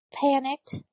Panicked